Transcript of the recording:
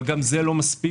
אבל גם זה לא מספיק.